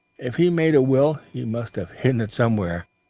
if he made a will he must have hidden it somewhere